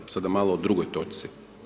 Sada malo o drugoj točci.